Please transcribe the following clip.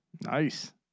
Nice